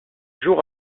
jour